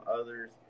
others